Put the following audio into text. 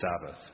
Sabbath